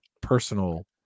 personal